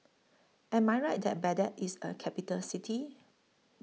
Am I Right that Baghdad IS A Capital City